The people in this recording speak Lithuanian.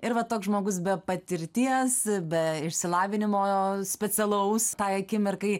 ir va toks žmogus be patirties be išsilavinimo specialaus tai akimirkai